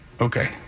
Okay